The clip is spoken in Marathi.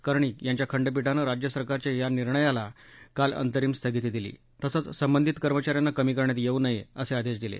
कर्णिक यांच्या खंडपीठानं राज्य सरकारच्या या निर्णयाला काल अंतरीम स्थगिती दिली तसंच संबंधित कर्मचाऱ्यांना कमी करण्यात येऊ नये असे आदेश दिले